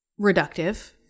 reductive